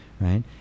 right